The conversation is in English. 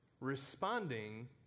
responding